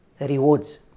rewards